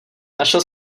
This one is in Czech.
našel